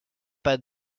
pas